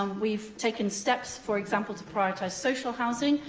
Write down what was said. um we've taken steps, for example, to prioritise social housing,